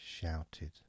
shouted